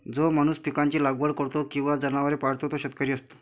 जो माणूस पिकांची लागवड करतो किंवा जनावरे पाळतो तो शेतकरी असतो